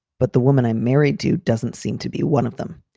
but the woman i married do doesn't seem to be one of them.